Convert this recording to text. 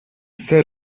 set